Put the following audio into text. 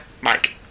Mike